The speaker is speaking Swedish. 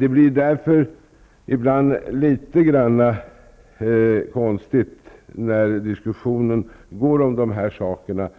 Det blir därför ibland litet konstigt när man i debatten om dessa